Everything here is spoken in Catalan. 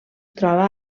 troba